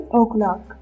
o'clock